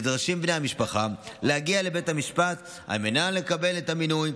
נדרשים בני המשפחה להגיע לבית המשפט על מנת לקבל את המינוי,